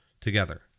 together